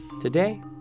Today